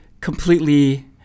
completely